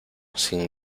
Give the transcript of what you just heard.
sin